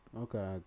okay